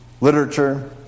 literature